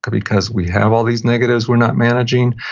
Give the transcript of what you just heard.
because we have all these negatives we're not managing,